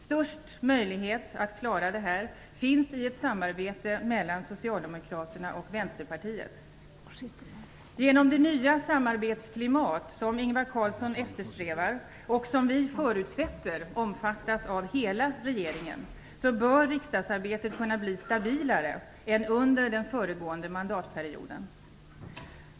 Störst möjlighet att klara detta ger ett samarbete mellan Genom det nya samarbetsklimat som Ingvar Carlsson eftersträvar, och som vi förutsätter omfattas av hela regeringen, bör riksdagsarbetet kunna bli stabilare än under den föregående mandatperioden.